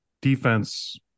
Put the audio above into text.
defense